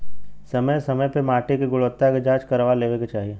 समय समय पे माटी के गुणवत्ता के जाँच करवा लेवे के चाही